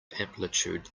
amplitude